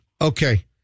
Okay